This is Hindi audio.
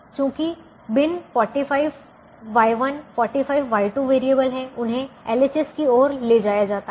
चूंकि बिन 45 Y1 45 Y2 वेरिएबल हैं उन्हें LHS की ओर ले जाया जाता है